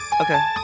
Okay